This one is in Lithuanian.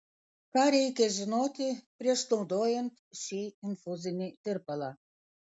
ką reikia žinoti prieš naudojant šį infuzinį tirpalą